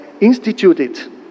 instituted